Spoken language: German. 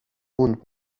und